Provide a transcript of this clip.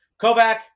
Kovac